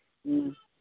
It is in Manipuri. ꯎꯝ